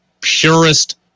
purest